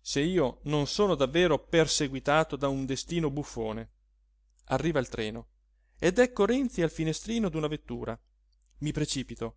se io non sono davvero perseguitato da un destino buffone arriva il treno ed ecco renzi al finestrino d'una vettura mi precipito